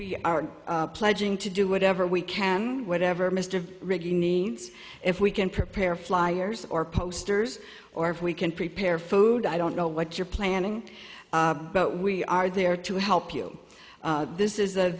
we are pledging to do whatever we can whatever mr rig needs if we can prepare flyers or posters or if we can prepare food i don't know what you're planning but we are there to help you this is a